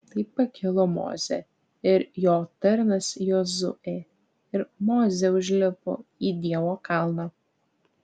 tai pakilo mozė ir jo tarnas jozuė ir mozė užlipo į dievo kalną